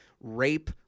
rape